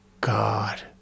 God